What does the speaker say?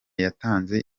yatanze